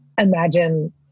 imagine